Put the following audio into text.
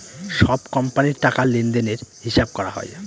সব কোম্পানির টাকা লেনদেনের হিসাব করা হয়